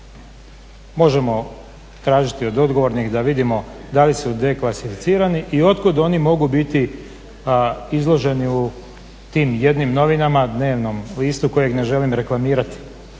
možemo tražiti od odgovornih da vidimo da li su deklasificirani i otkud oni mogu biti izloženi u tim jednim novinama, dnevnom listu kojeg ne želim reklamirati.